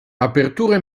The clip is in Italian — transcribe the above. aperture